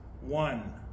one